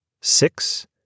Six